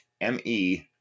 M-E